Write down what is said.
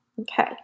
Okay